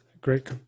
great